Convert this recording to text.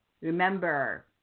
Remember